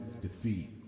defeat